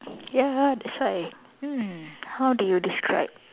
ya that's why mm how do you describe